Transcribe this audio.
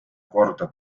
korda